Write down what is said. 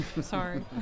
Sorry